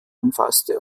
umfasste